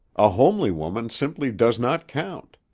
a homely woman simply does not count.